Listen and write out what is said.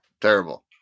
Terrible